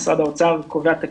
משרד האוצר קובע את הקריטריונים,